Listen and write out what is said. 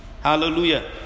Hallelujah